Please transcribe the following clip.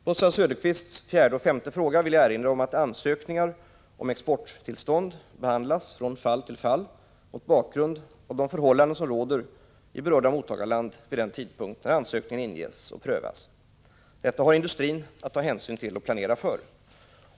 På Oswald Söderqvists fjärde och femte fråga vill jag erinra om att ansökningar om exporttillstånd behandlas från fall till fall mot bakgrund av de förhållanden som råder i berörda mottagarland vid den tidpunkt ansökningen inges och prövas. Detta har industrin att ta hänsyn till och planera för.